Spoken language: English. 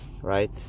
right